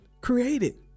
created